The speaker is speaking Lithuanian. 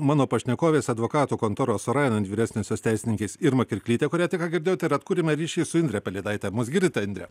mano pašnekovės advokatų kontoros sorainen vyresniosios teisininkės irma kirklytė kurią tik ką girdėjote ir atkūrėme ryšį su indre pelėdaite mus girdite indre